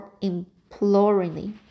imploringly